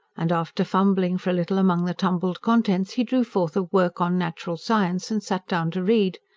and after fumbling for a little among the tumbled contents, he drew forth a work on natural science and sat down to read.